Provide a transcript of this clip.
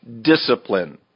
discipline